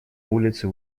улицы